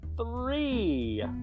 three